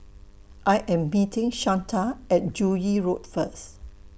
I Am beeting Shanta At Joo Yee Road First